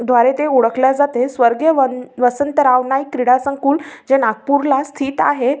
द्वारे ते ओळखल्या जाते स्वर्गीय वन वसंतराव नाईक क्रीडा संकुल जे नागपूरला स्थित आहे